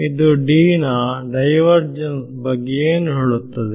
ಇದು D ನ divergence ನ ಬಗ್ಗೆ ಏನು ಹೇಳುತ್ತದೆ